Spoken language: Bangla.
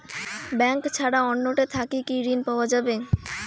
ব্যাংক ছাড়া কি অন্য টে থাকি ঋণ পাওয়া যাবে?